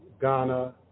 Ghana